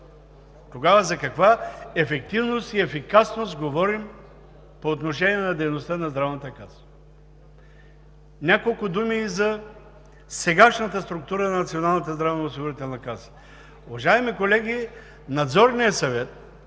Тогава, за каква ефективност и ефикасност говорим по отношение дейността на Здравната каса? Няколко думи и за сегашната структура на Националната здравноосигурителна каса. Уважаеми колеги, Надзорният съвет,